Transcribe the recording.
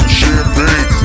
champagne